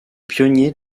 pionniers